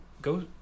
go